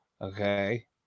Okay